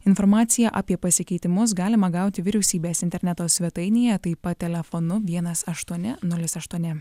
informaciją apie pasikeitimus galima gauti vyriausybės interneto svetainėje taip pat telefonu vienas aštuoni nulis aštuoni